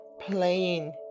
playing